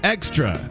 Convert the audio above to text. Extra